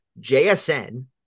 JSN